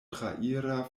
traira